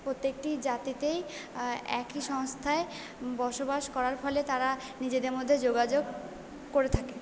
প্রত্যেকটি জাতিতেই একই সংস্থায় বসবাস করার ফলে তারা নিজেদের মধ্যে যোগাযোগ করে থাকে